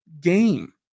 game